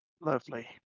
Lovely